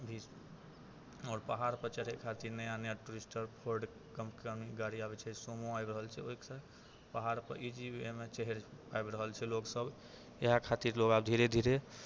भी आओर पहाड़पर चढ़ै खातिर नया नया ट्विस्टर फोर्ड कम्पनीके गाड़ी आबै छै सूमो आबि रहल छै तऽ ओहिसँ पहाड़पर इजिवेमे चढ़ि आबि रहल छै लोकसब इएह खातिर लोक आब धीरे धीरे